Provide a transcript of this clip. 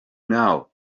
now